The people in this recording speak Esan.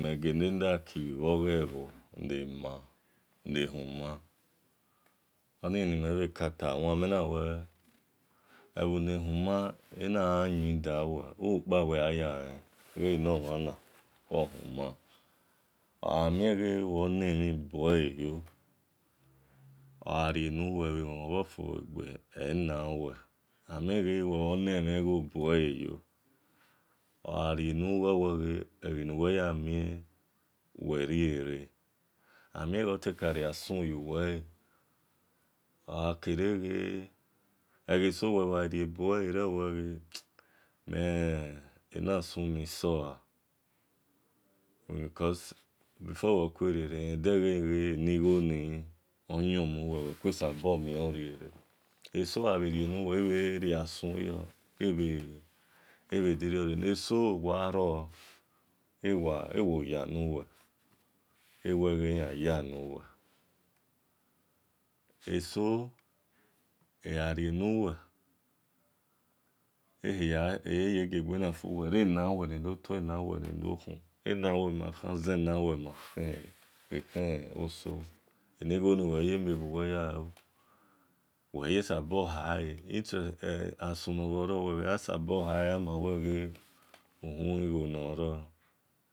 Mhe ghe le like bhe ghe bho ghe ma ebimen kata ban menawe ebho ne huma onu gha yin da uwe, uhukpa uwe khian ya len aghamien ghe uwe oni emhin buere eghon-gho otubhe-egbe ena uwe ogha rie nawe owe ege nuwe ya mien uwe rie-rie agha mien otekarie asun yu we le oghake re ghe, eghe so owe eni asun ni suwa because before uwe kue rie-rie odeghe he wi eni gho ni oyon mu we before uwe kue rie-rie esogha bhe rienu we, ebhe rian sun yo, eso wa yan uwe, iwi iyan ya nuwe eso egha rie nuwe, agiagbe na fuwe re, enawe le-lotor nawe lelo khun na we ma-azen bhe ekhe oso, eni ighoni uwi saboya luemhe uwe ye sabo hale, asun no ro uwiya sabor hale amagha bien uhumhi igho nor.